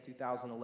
2011